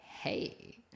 hey